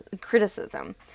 criticism